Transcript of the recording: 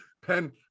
pen